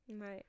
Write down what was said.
right